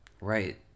Right